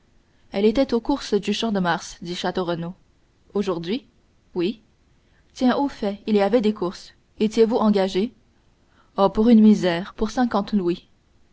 elle était aux courses du champ-de-mars dit château renaud aujourd'hui oui tiens au fait il y avait courses étiez-vous engagé oh pour une misère pour cinquante louis